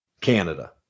Canada